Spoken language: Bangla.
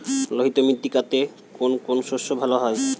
লোহিত মৃত্তিকাতে কোন কোন শস্য ভালো হয়?